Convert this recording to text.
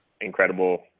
incredible